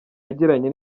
yagiranye